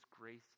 grace